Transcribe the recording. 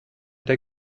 der